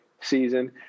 season